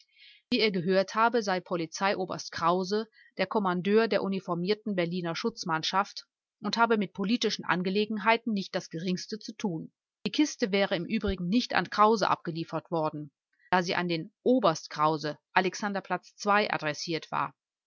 wie er gehört habe sei polizeioberst krause der kommandeur der uniformierten berliner schutzmannschaft und habe mit politischen angelegenheiten nicht das geringste zu tun die kiste wäre im übrigen nicht an krause abgeliefert worden da sie an den oberst krause alexanderplatz ii adressiert war